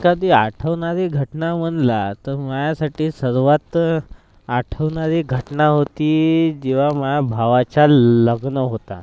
एखादी आठवणारी घटना म्हणला तर माह्यासाठी सर्वांत आठवणारी घटना होती जेव्हा माह्या भावाचा लग्न होता